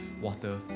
water